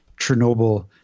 Chernobyl